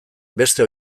beste